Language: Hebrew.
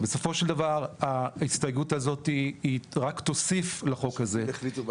היא הסתייגות מאוד חשובה.